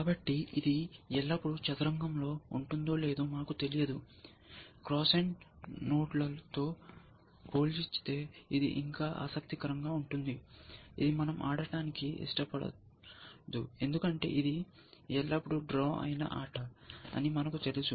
కాబట్టి ఇది ఎల్లప్పుడూ చదరంగంలో ఉంటుందో లేదో మాకు తెలియదు క్రాస్ అండ్ నోడ్లతో పోల్చితే ఇది ఇంకా ఆసక్తికరంగా ఉంటుంది ఇది మనం ఆడటానికి ఇష్టపడదు ఎందుకంటే ఇది ఎల్లప్పుడూ డ్రా అయిన ఆట అని మనకు తెలుసు